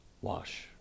Wash